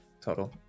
total